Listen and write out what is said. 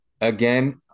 Again